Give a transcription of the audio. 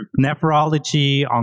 nephrology